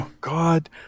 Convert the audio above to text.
God